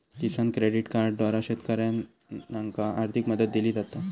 किसान credit कार्डद्वारा शेतकऱ्यांनाका आर्थिक मदत दिली जाता